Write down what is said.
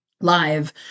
live